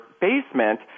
basement